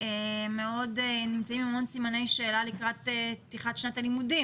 יש להם המון סימני שאלה לקראת פתיחת שנת הלימודים,